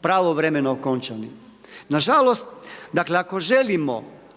pravovremeno okončani. Nažalost, dakle, ako želimo